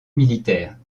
militaires